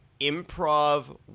improv